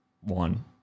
one